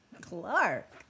Clark